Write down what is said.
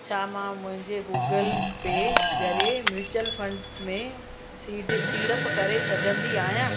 छा मां मुंहिंजे गूगल पे ज़रिए म्यूचल फंड्स में सीड़े सीड़प करे सघंदी आहियां